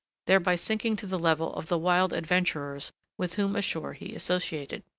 thereby sinking to the level of the wild adventurers with whom ashore he associated.